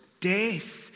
death